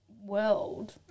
world